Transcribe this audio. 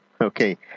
Okay